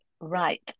right